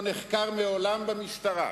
לא נחקר מעולם במשטרה,